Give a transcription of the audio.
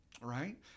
right